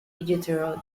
iditarod